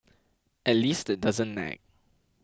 at least it doesn't nag